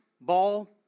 ball